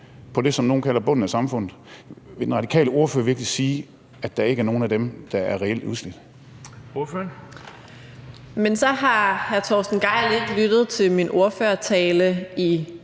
på det, som nogle kalder bunden af samfundet. Vil den radikale ordfører virkelig sige, at der ikke er nogen af dem, der er reelt nedslidt? Kl. 16:39 Den fg. formand (Erling Bonnesen): Ordføreren.